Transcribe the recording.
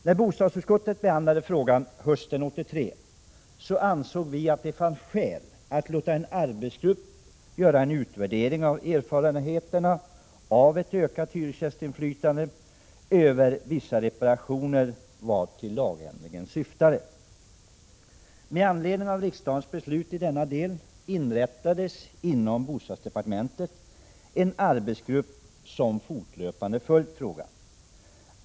När bostadsutskottet behandlade frågan hösten 1983 ansåg vi att det fanns skäl att låta en arbetsgrupp göra en utvärdering av erfarenheterna av ett ökat hyresgästinflytande över vissa reparationer, vilket lagändringen syftade till. Med anledning av riksdagens beslut i denna del inrättades inom bostadsdepartementet en arbetsgrupp som fortlöpande följt frågan.